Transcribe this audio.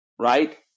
right